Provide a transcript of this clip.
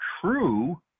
true